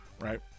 Right